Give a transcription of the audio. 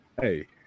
Hey